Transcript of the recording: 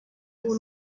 ubu